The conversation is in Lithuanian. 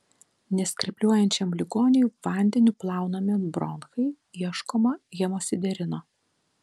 neskrepliuojančiam ligoniui vandeniu plaunami bronchai ieškoma hemosiderino